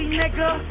nigga